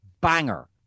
banger